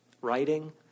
writing